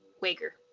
Wager